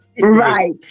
right